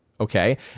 okay